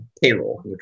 payroll